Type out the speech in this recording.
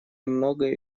многое